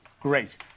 Great